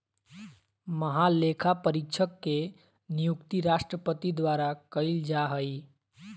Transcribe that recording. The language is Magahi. महालेखापरीक्षक के नियुक्ति राष्ट्रपति द्वारा कइल जा हइ